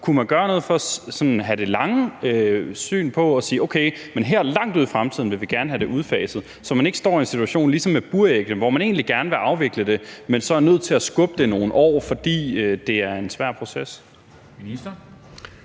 sige, at her langt ude i fremtiden vil vi gerne have det udfaset, så man ikke står i en situation ligesom med buræggene, hvor man egentlig gerne vil afvikle det, men så er nødt til at skubbe det nogle år, fordi det er en svær proces?